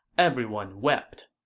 everyone wept.